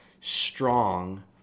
strong